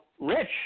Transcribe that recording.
Rich